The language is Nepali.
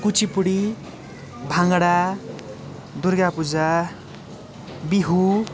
कुचिपुरी भाङ्डा दुर्गा पूजा बिहु